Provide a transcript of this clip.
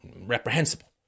reprehensible